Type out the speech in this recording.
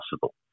possible